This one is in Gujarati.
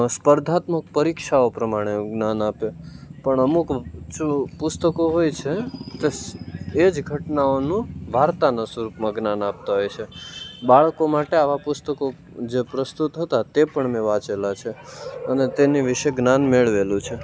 સ્પર્ધાત્મક પરીક્ષાઓ પ્રમાણે જ્ઞાન આપે પણ અમુક જો પુસ્તકો હોય છે તે એજ ઘટનાઓનું વાર્તાના સ્વરૂઓમાં જ્ઞાન આપતાં હોય છે બાળકો માટે આવાં પુસ્તકો જે પ્રસ્તુત હતાં તે પણ મેં વાંચેલાં છે અને તેની વિષે જ્ઞાન મેળવેલું છે